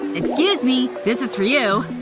excuse me, this is for you